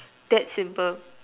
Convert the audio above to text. that simple